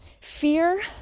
Fear